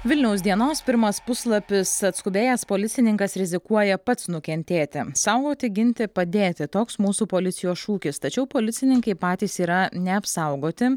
vilniaus dienos pirmas puslapis atskubėjęs policininkas rizikuoja pats nukentėti saugoti ginti padėti toks mūsų policijos šūkis tačiau policininkai patys yra neapsaugoti